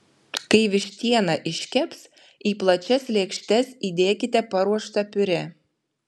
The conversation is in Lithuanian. kai vištiena iškeps į plačias lėkštes įdėkite paruoštą piurė